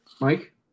Mike